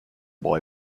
boy